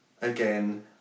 Again